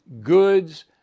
goods